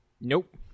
Nope